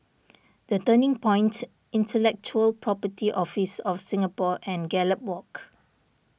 the Turning Point Intellectual Property Office of Singapore and Gallop Walk